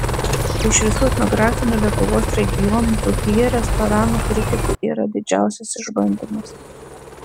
iš visų etnografinių lietuvos regionų dzūkija restoranų kritikui yra didžiausias išbandymas